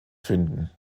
finden